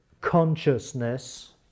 consciousness